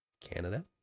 Canada